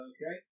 Okay